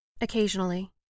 Occasionally